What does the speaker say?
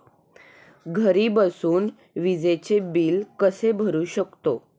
घरी बसून विजेचे बिल कसे भरू शकतो?